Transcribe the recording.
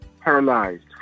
paralyzed